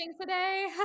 today